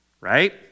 right